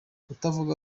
utavuga